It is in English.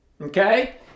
okay